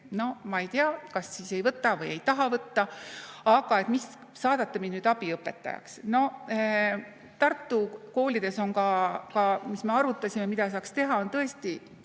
No ma ei tea, kas siis ei võta või ei taha võtta. [Küsitakse, kas] saadate nüüd abiõpetajaks. Tartu koolides ka, mida me arutasime, mida saaks teha, on tõesti